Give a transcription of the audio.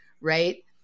right